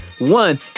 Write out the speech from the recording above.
One